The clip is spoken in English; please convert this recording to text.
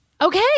Okay